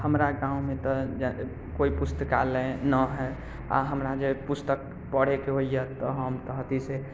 हमरा गाँवमे तऽ कोइ पुस्तकालय नहि हय आओर हमरा जे पुस्तक पढैके होइए तऽ हम तऽ अथीसँ